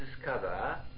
discover